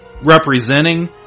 representing